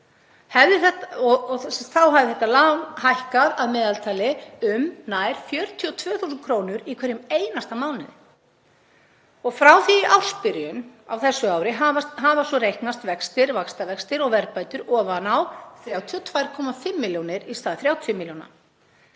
Þá hafði þetta lán hækkað að meðaltali um nær 42.000 kr. í hverjum einasta mánuði. Frá því í ársbyrjun á þessu ári hafa svo reiknast vextir, vaxtavextir og verðbætur ofan á 32,5 milljónir í stað 30 milljóna.